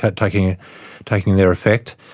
but taking taking their effect.